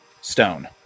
stone